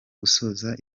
gusoza